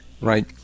right